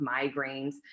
migraines